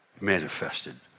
manifested